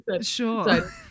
Sure